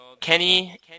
Kenny